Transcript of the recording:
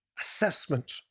assessment